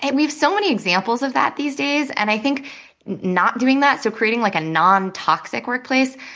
and we have so many examples of that these days. and i think not doing that, so creating like a nontoxic workplace,